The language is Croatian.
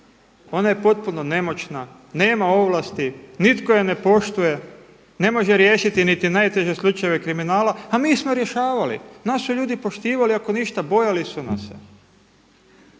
ona je potpuno nemoćna, nema ovlasti, nitko je ne poštuje, ne može riješiti niti najteže slučajeve kriminala. A mi smo rješavali, nas su ljudi poštivali, ako ništa bojali su nas